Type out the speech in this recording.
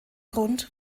grund